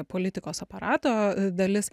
politikos aparato dalis